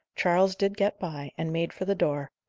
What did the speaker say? charles did get by, and made for the door,